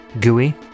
Gooey